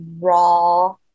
raw